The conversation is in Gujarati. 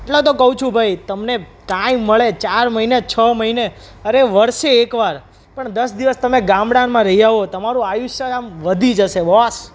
એટલે તો કહું છું ભાઈ તમને ટાઈમ મળે ચાર મહિને છ મહિને અરે વર્ષે એકવાર પણ દસ દિવસ તમે ગામડામાં રહી આવો તમારું આયુષ્ય આમ વધી જશે બોસ